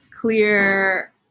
clear